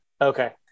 okay